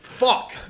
fuck